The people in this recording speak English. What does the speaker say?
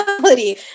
reality